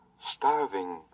starving